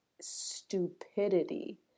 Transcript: stupidity